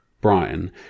Brian